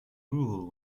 rule